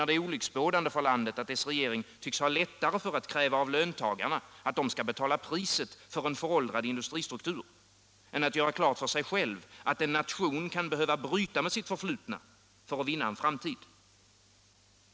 Det är olycksbådande för landet, menar jag, att dess regering tycks ha lättare för att kräva av löntagarna att de skall betala priset för en föråldrad industristruktur än att göra klart för sig själv att en nation kan behöva bryta med sitt förflutna för att vinna en framtid.